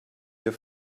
hier